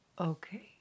Okay